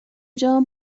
جان